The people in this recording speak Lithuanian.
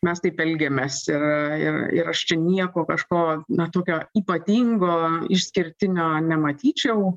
mes taip elgiamės ir ir ir aš čia nieko kažko na tokio ypatingo išskirtinio nematyčiau